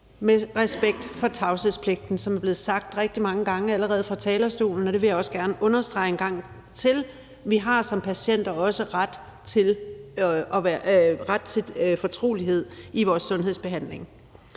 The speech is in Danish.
med respekt for tavshedspligten, som det allerede er blevet sagt rigtig mange gange fra talerstolen, og det vil jeg også gerne understrege en gang til: Vi har som patienter også ret til fortrolighed i vores sundhedsbehandling.